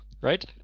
right